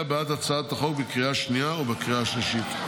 בעד הצעת החוק בקריאה השנייה ובקריאה השלישית.